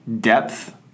depth